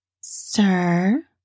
sir